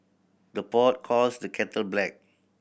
the pot calls the kettle black